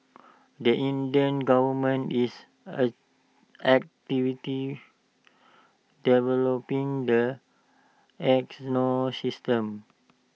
the Indian government is activity developing the ecosystem